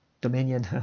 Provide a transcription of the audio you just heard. Dominion